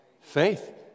faith